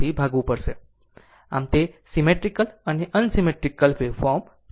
આમ હવે તે સીમેટ્રીકલ અને અનસીમેટ્રીકલ વેવફોર્મ છે